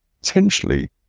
potentially